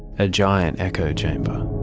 a giant echo chamber.